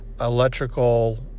electrical